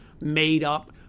made-up